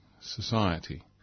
society